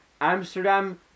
Amsterdam